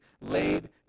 laid